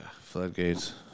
Floodgates